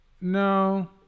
No